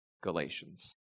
Galatians